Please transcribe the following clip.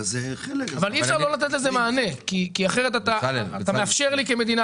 אבל אי אפשר לא לתת לזה מענה כי אחרת אתה מאפשר לי כמדינה